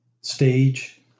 stage